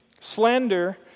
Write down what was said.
Slander